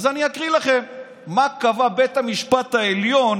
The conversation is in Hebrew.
אקריא לכם מה קבע בית המשפט העליון